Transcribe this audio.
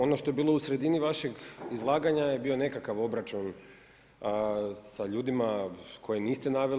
Ono što je bilo u sredini vašeg izlaganja je bio nekakav obračun sa ljudima koje niste naveli.